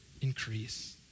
increase